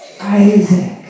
Isaac